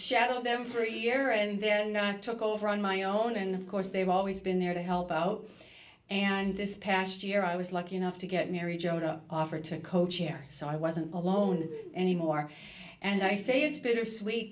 show them for a year and then i took over on my own and of course they've always been there to help out and this past year i was lucky enough to get mary jo to offer to co chair so i wasn't alone anymore and i say it's bittersweet